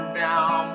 down